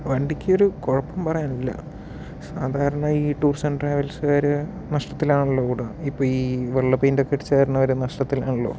വണ്ടിക്കൊരു കുഴപ്പം പറയാൻ ഇല്ല സാധാരണ ഈ ടൂറിസം ട്രാവൽസുകാര് നഷ്ടത്തിലാണല്ലോ ഓടുക ഇപ്പോൾ ഈ വെള്ള പെയിന്റ് ഒക്കെ അടിച്ചകാരണം അവര് നഷ്ടത്തിലാണല്ലോ